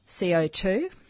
CO2